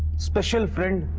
special friend.